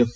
F